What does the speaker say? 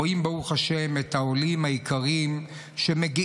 רואים, ברוך השם, את העולים היקרים שמגיעים,